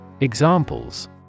Examples